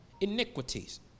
iniquities